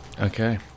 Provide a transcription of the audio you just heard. Okay